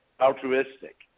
altruistic